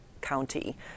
County